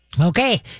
Okay